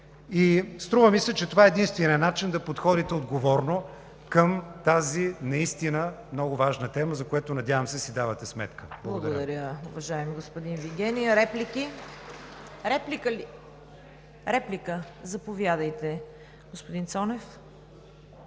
Струва ми се, че това е единственият начин да подходите отговорно към тази наистина много важна тема, за което, надявам се, си давате сметка. Благодаря.